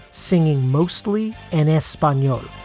singing mostly in espanol